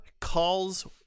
calls